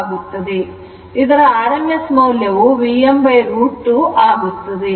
ಇದರ rms ಮೌಲ್ಯವು Vm√ 2ಆಗುತ್ತದೆ